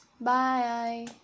Bye